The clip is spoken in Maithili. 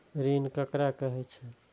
ऋण ककरा कहे छै?